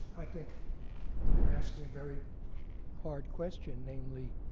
i think you're asking a very hard question, namely